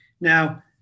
Now